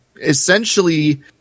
Essentially